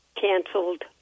canceled